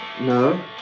No